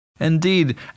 Indeed